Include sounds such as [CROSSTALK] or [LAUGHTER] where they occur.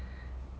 [LAUGHS]